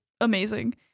amazing